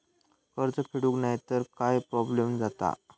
कर्ज फेडूक नाय तर काय प्रोब्लेम जाता?